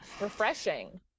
refreshing